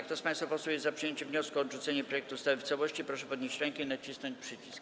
Kto z państwa posłów jest za przyjęciem wniosku o odrzucenie projektu ustawy w całości, proszę podnieść rękę i nacisnąć przycisk.